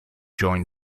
join